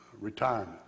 retirement